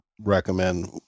recommend